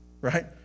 right